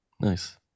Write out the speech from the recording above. Nice